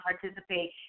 participate